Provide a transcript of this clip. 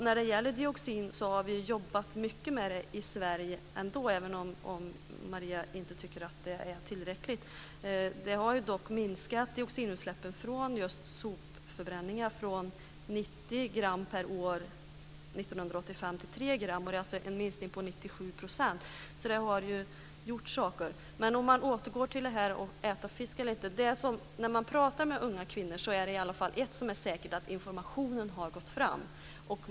Vi har i Sverige jobbat mycket med dioxinfrågan, även om Maria Wetterstrand inte tycker att det är tillräckligt. Dioxinutsläppen från sopförbränning har dock minskat från 90 gram per år 1985 till 3 gram per år. Det är alltså en minskning på 97 %. Det har alltså gjorts saker. Jag ska återgå till frågan om att äta fisk eller inte. När man talar med unga kvinnor är det i alla fall ett som är säkert, nämligen att informationen har gått fram.